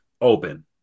open